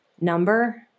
number